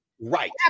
Right